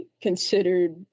considered